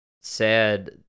sad